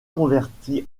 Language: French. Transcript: converti